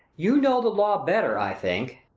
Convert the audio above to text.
you know the law better, i think